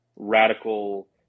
radical